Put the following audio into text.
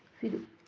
फिर